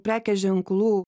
prekės ženklų